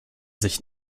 sich